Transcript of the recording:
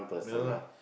no lah